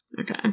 Okay